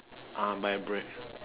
ah buy bread